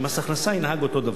שמס הכנסה ינהג אותו דבר,